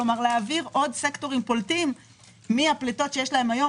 כלומר להעביר עוד סקטורים פולטים מן הפליטות שיש להן היום,